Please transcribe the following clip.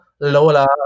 Lola